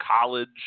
college